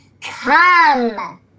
come